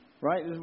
Right